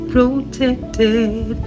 Protected